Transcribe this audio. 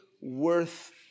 worth